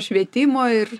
švietimo ir